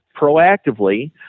proactively